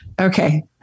okay